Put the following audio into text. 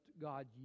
God